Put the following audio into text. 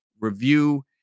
review